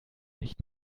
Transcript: nicht